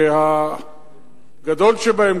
שהגדול שבהם,